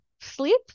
Sleep